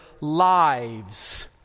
lives